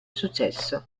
successo